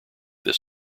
this